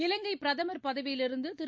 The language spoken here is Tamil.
இலங்கை பிரதமர் பதவியிலிருந்து திரு